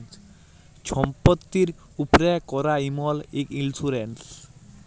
ছম্পত্তির উপ্রে ক্যরা ইমল ইক ইল্সুরেল্স